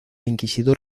inquisidor